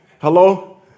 Hello